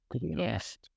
Yes